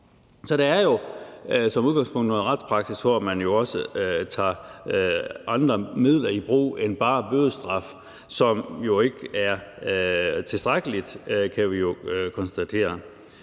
som udgangspunkt noget retspraksis, hvor man også tager andre midler i brug end bare bødestraf, som jo ikke er tilstrækkeligt, kan vi konstatere.